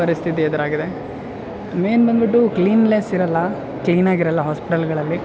ಪರಿಸ್ಥಿತಿ ಎದುರಾಗಿದೆ ಮೇನ್ ಬಂದ್ಬಿಟ್ಟು ಕ್ಲೀನ್ಲೆಸ್ ಇರೋಲ್ಲ ಕ್ಲೀನಾಗಿ ಇರೋಲ್ಲ ಹಾಸ್ಪಿಟಲ್ಗಳಲ್ಲಿ